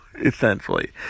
Essentially